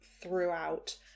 throughout